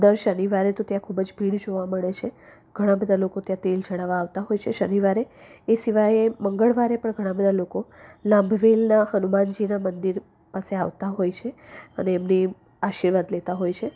દર શનિવારે તો ત્યાં ખૂબ જ ભીડ જોવા મળે છે ઘણા બધાં લોકો ત્યાં તેલ ચડાવવા આવતા હોય છે શનિવારે એ સિવાય મંગળવારે પણ ઘણા લોકો લાંભવેલ હનુમાનજીના મંદિર પાસે આવતા હોય છે અને એમની આશીર્વાદ લેતા હોય છે